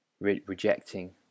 rejecting